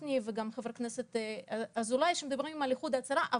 גפני וגם חבר הכנסת אזולאי שמדברים על איחוד הצלה,